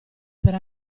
per